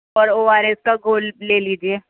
اور O R S کا گھول لے لیجئے